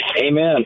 Amen